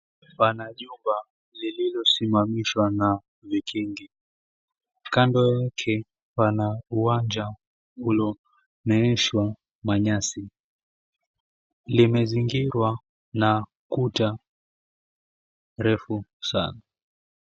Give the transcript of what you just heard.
Pana jumba lililosimamishwa na vikingi kando yake pana uwanja uliomeeshwa manyasi, limezingirwa na kuta refu sana.